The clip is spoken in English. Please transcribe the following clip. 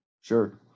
Sure